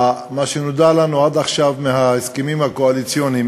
ומה שנודע לנו עד עכשיו מההסכמים הקואליציוניים,